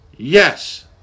Yes